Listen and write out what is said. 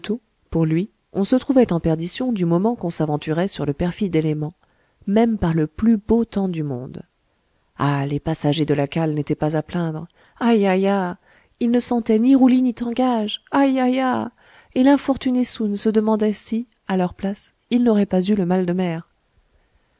pour lui on se trouvait en perdition du moment qu'on s'aventurait sur le perfide élément même par le plus beau temps du monde ah les passagers de la cale n'étaient pas à plaindre ai ai ya ils ne sentaient ni roulis ni tangage ai ai ya et l'infortuné soun se demandait si à leur place il n'aurait pas eu le mal de mer